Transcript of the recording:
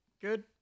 Good